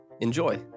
enjoy